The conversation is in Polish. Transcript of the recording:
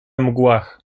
mgłach